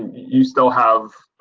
you still have.